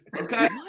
okay